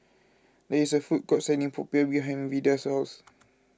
there is a food court selling Popiah behind Vida's house